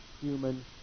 human